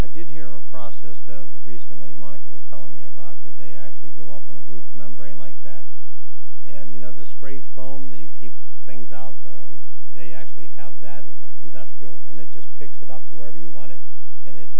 i did hear a process that recently monica was telling me about that they actually go up on a roof membrane like that and you know the spray foam that you keep things out they actually have that industrial and it just picks it up wherever you want it and it